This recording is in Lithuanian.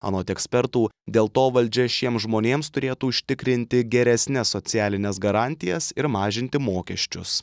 anot ekspertų dėl to valdžia šiems žmonėms turėtų užtikrinti geresnes socialines garantijas ir mažinti mokesčius